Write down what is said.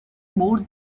more